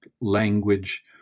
language